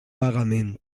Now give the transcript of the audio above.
vagament